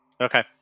Okay